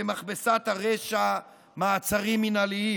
במכבסת הרשע "מעצרים מינהליים";